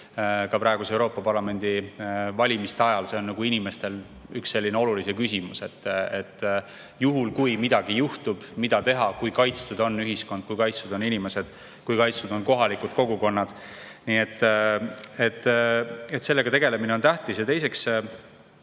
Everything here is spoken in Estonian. ka praegu Euroopa Parlamendi valimiste ajal, see on inimestel üks selline oluline küsimus. Juhul kui midagi juhtub, mida teha, kui kaitstud on ühiskond, kui kaitstud on inimesed, kui kaitstud on kohalikud kogukonnad? Nii et sellega tegelemine on tähtis. Teiseks